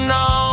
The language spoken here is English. no